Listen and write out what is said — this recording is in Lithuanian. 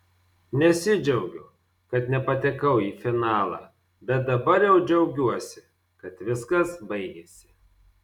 nesidžiaugiu kad nepatekau į finalą bet dabar jau džiaugiuosi kad viskas baigėsi